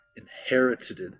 inherited